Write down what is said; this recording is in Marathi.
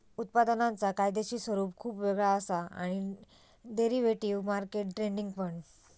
उत्पादनांचा कायदेशीर स्वरूप खुप वेगळा असा आणि डेरिव्हेटिव्ह मार्केट ट्रेडिंग पण